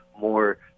more